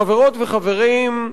חברות וחברים,